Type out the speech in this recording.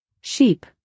Sheep